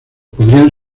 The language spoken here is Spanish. podrían